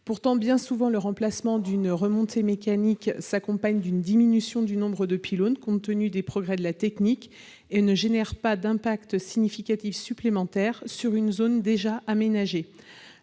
Néanmoins, le remplacement d'une remontée mécanique s'accompagne bien souvent d'une diminution du nombre de pylônes, compte tenu des progrès de la technique, et n'entraîne pas d'impact significatif supplémentaire sur une zone déjà aménagée.